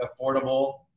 affordable